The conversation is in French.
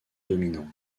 dominant